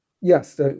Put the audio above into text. Yes